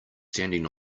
standing